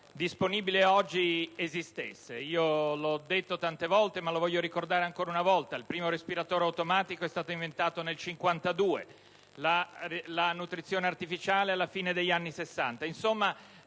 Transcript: disponibile. Come ho detto tante volte (ma lo voglio ricordare ancora), il primo respiratore automatico è stato inventato nel 1952, la nutrizione artificiale alla fine degli anni Sessanta. Insomma,